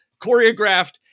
choreographed